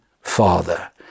Father